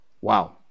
Wow